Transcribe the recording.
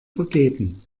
vergeben